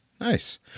Nice